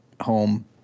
home